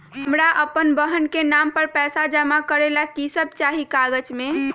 हमरा अपन बहन के नाम पर पैसा जमा करे ला कि सब चाहि कागज मे?